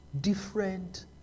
different